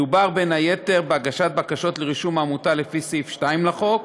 מדובר בין היתר בהגשת בקשות לרישום עמותה לפי סעיף 2 לחוק